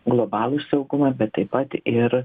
globalų saugumą bet taip pat ir